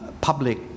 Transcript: public